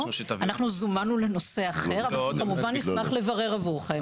אנחנו זומנו לנושא אחר אבל כמובן נשמח לברר עבורכם.